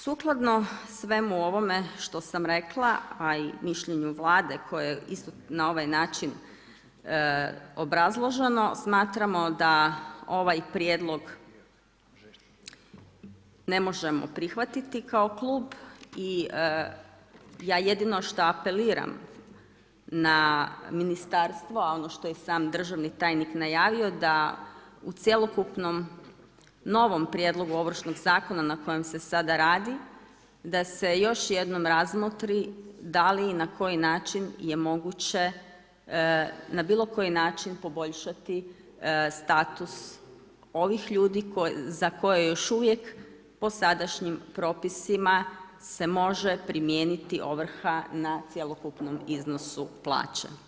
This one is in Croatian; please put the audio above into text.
Sukladno svemu ovome što sam rekla, a i mišljenju Vlade koje isto na ovaj način obrazloženo smatramo da ovaj prijedlog ne možemo prihvatiti kao klub i ja jedino šta apeliram na ministarstvo, a ono što je i sam državni tajnik najavio da u cjelokupnom novom prijedlogu ovršnog zakona na kojem se sada radi, da se još jednom razmotri da li i na koji način je moguće na bilo koji način poboljšati status ovih ljudi za koje još uvijek po sadašnjim propisima se može primijeniti ovrha na cjelokupnom iznosu plaće.